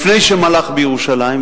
לפני שמלך בירושלים,